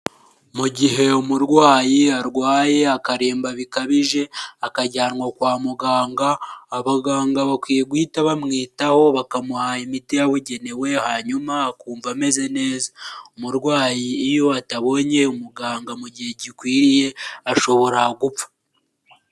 Mu gihe umurwayi arwaye akaremba bikabije, akajyanwa kwa muganga, abaganga bakwiye guhita bamwitaho bakamuha imiti yabugenewe hanyuma akumva ameze neza, umurwayi iyo atabonye umuganga mu gihe gikwiriye ashobora gupfa.